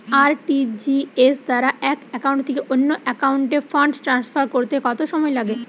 RTGS দ্বারা এক account থেকে অন্য একাউন্টে ফান্ড ট্রান্সফার করতে কত সময় লাগে?